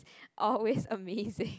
always amazing